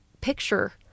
picture